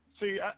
See